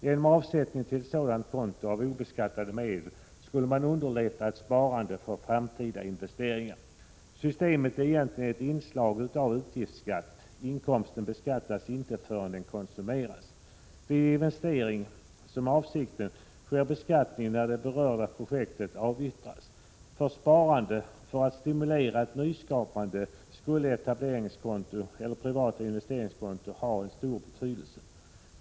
Genom att medge avsättning till ett sådant konto av obeskattade medel skulle man underlätta ett sparande för framtida investeringar. Systemet är egentligen ett inslag av utgiftsskatt, eftersom inkomsten inte beskattas förrän den konsumeras. Vid investering — som är avsikten — sker beskattning när det berörda projektet avyttras. För sparandet och för att stimulera ett nyskapande skulle etableringskonto eller privat investeringskonto ha stor betydelse.